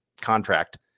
contract